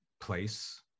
place